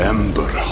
Ember